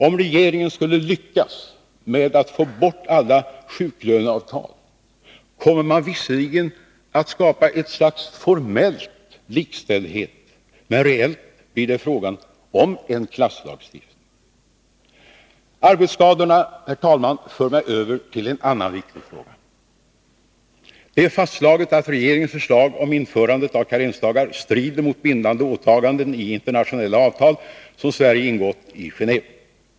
Om regeringen skulle lyckas med att få bort alla sjuklöneavtal, kommer man visserligen att skapa ett slags formell likställdhet, men reellt blir det fråga om en klasslagstiftning. Arbetsskadorna, herr talman, för mig över till en annan viktig fråga. Det är fastslaget att regeringens förslag om införande av karensdagar strider mot bindande åtagande i internationella avtal, som Sverige ingått i Genåve.